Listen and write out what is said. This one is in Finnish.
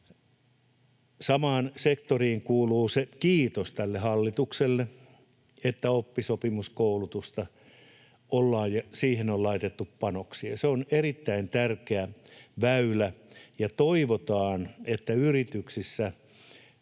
Samaan sektoriin kuuluu se kiitos tälle hallitukselle, että oppisopimuskoulutukseen on laitettu panoksia. Se on erittäin tärkeä väylä. Ja toivotaan, että yrityksissä